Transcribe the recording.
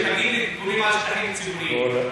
על שטחים ציבוריים,